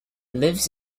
lives